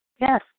Yes